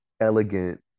elegant